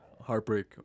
Heartbreak